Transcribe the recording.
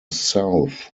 south